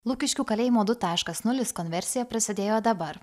lukiškių kalėjimo du taškas nulis konversija prasidėjo dabar